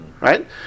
right